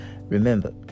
remember